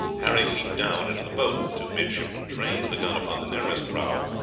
harry leaped down into the boat. the two midshipmen trained the gun upon the nearest prahu,